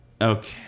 Okay